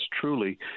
truly